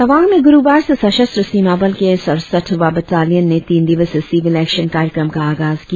तवांग में गुरुवार से सशस्त्र सीमा बल के सड़सठवां बटालियन ने तीन दिवसीय सिविल एक्शन कार्यक्रम का आगाज किया